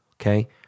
Okay